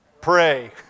Pray